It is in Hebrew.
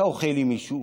אתה אוכל עם מישהו